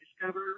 discover